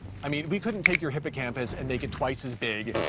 i mean, we couldn't take your hippocampus and make it twice as big,